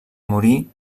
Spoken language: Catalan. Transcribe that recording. morir